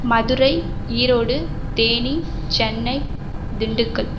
Madurai Erode Theni Chennai Dindigul